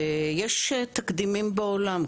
יש תקדימים בעולם.